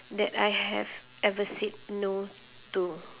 that I have ever said no to